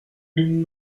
une